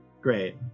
Great